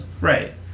Right